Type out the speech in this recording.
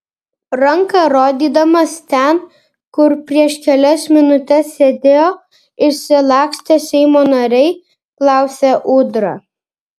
ranka rodydamas ten kur prieš kelias minutes sėdėjo išsilakstę seimo nariai klausė ūdra